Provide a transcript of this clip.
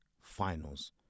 finals